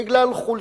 בגלל חולשה,